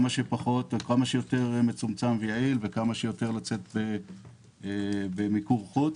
כמה שיותר מצומצם ויעיל וכמה שיותר לצאת במיקור חוץ.